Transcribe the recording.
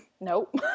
Nope